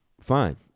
fine